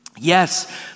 Yes